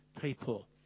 people